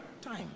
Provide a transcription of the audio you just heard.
Time